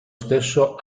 stesso